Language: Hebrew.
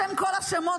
בשם כל השמות,